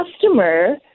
customer